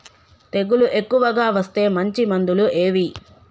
తెగులు ఎక్కువగా వస్తే మంచి మందులు ఏవి?